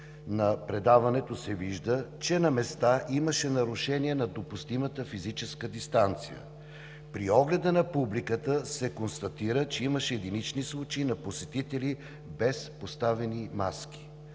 на предаването се вижда, че на места имаше нарушение на допустимата физическа дистанция. При огледа на публиката се констатира, че имаше единични случаи на посетители без поставени маски.